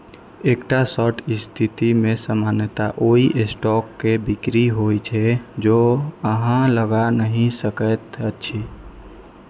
एकटा शॉर्ट स्थिति मे सामान्यतः ओइ स्टॉक के बिक्री होइ छै, जे अहां लग नहि रहैत अछि